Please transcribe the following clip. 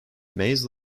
maze